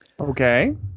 Okay